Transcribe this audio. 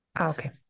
Okay